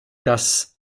das